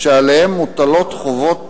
שעליהם מוטלות חובות